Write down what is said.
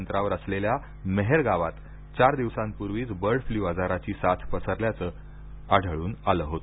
अंतरावर असलेल्या मेहेरगावात चार दिवसांपूर्वीच बर्ड फ्ल्यू आजाराची साथ पसरल्याच आढळून आलं होत